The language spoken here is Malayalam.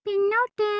പിന്നോട്ട്